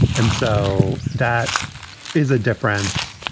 and so that is a difference.